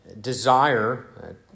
desire